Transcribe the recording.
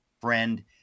friend